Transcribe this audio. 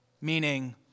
Meaning